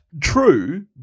true